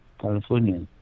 California